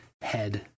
head